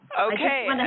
Okay